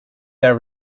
their